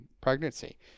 pregnancy